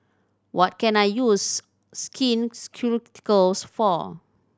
what can I use Skin Ceuticals for